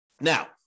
Now